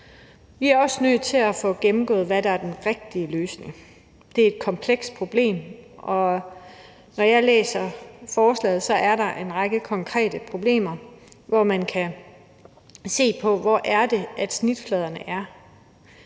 Vi er også nødt til at få gennemgået, hvad der er den rigtige løsning. Det er et komplekst problem, og når jeg læser forslaget, er der en række konkrete problemer, hvor man kan se på, hvor snitfladerne er.